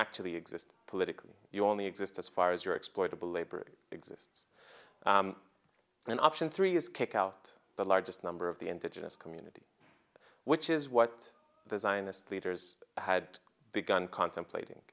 actually exist politically you only exist as far as your exploitable labor exe and option three is kick out the largest number of the indigenous community which is what the zionist leaders had begun contemplating